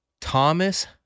Thomas